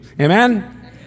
Amen